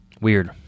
Weird